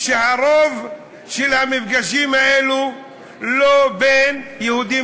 כשהרוב של המפגשים האלו לא בין יהודים